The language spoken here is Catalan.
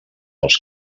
els